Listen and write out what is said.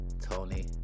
Tony